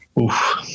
oof